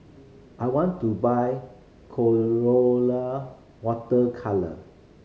I want to buy Colora Water Colour